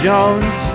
Jones